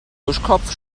duschkopf